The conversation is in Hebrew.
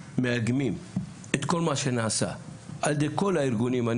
את כל מה שנעשה על ידי כל הארגונים,